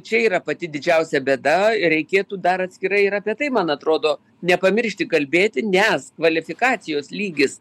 čia yra pati didžiausia bėda reikėtų dar atskirai ir apie tai man atrodo nepamiršti kalbėti nes kvalifikacijos lygis